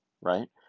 Right